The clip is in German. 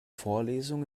vorlesung